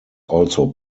also